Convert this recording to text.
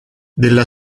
della